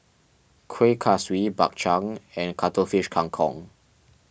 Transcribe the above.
Kuih Kaswi Bak Chang and Cuttlefish Kang Kong